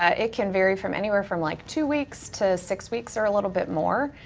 ah it can vary from anywhere from like two weeks to six weeks or a little bit more.